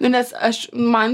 nu nes aš nu man